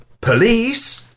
police